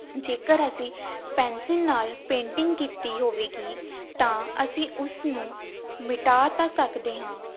ਜੇਕਰ ਅਸੀਂ ਪੈਨਸਿਨ ਨਾਲ ਪੇਂਟਿੰਗ ਕੀਤੀ ਹੋਵੇਗੀ ਤਾਂ ਅਸੀਂ ਉਸਨੂੰ ਮਿਟਾ ਤਾਂ ਸਕਦੇ ਹਾਂ